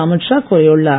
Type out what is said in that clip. அமித் ஷா கூறியுள்ளார்